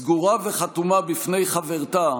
סגורה וחתומה בפני חברתה